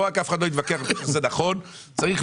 לא רק שאף אחד לא יתווכח,